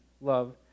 love